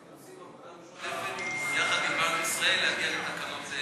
אנחנו עושים עבודה משותפת יחד עם בנק ישראל להגיע לתקנות,